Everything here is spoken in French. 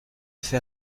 fait